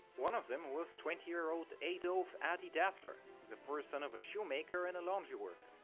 one of them was twenty year old adolf adi dassler, the poor son of a shoemaker and a laundry worker.